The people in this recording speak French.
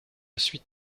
suite